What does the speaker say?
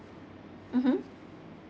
mmhmm